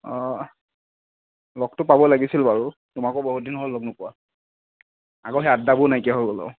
লগটো পাব লাগিছিল বাৰু তোমাকো বহুতদিন হ'ল লগ নোপোৱা আগৰ সেই আদ্দাবোৰ নাইকিয়া হৈ গ'ল আৰু